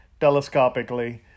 telescopically